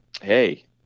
Hey